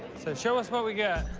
so show us what we got.